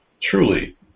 truly